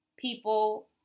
People